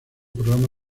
programa